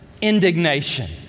indignation